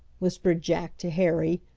whispered jack to harry,